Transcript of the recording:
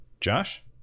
Josh